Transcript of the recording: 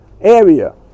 area